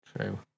True